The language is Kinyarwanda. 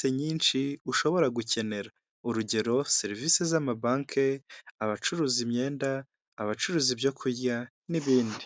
hari akarangururamajwi imbere ye wo hagati akaba ari we uri kuvuga.